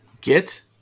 Get